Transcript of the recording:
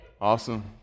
Awesome